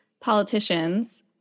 politicians